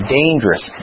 dangerous